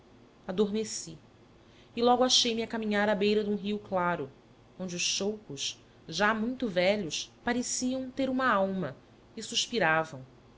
adormeci e logo achei-me a caminhar à beira de um rio claro onde os choupos já muito velhos pareciam ter uma alma e suspiravam